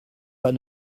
pas